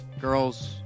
girls